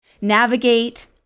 navigate